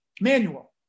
manual